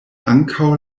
ankaŭ